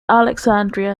alexandria